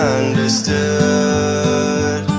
understood